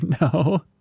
No